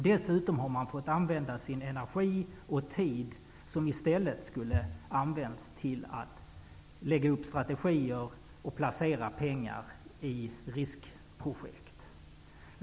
Dessutom har man fått använda sin energi och tid, som i stället skulle ha använts till att lägga upp strategier och att placera pengar i riskprojekt.